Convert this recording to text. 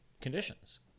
conditions